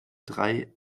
drei